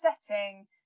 setting